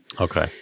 Okay